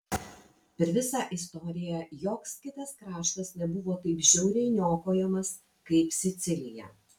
per visą istoriją joks kitas kraštas nebuvo taip žiauriai niokojamas kaip sicilija